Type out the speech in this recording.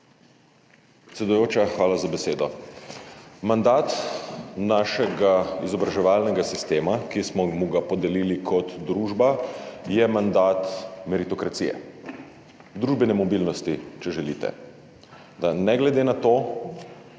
Predsedujoča, hvala za besedo. Mandat našega izobraževalnega sistema, ki smo mu ga podelili kot družba, je mandat meritokracije, družbene mobilnosti, če želite, da ne glede na to,